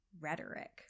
rhetoric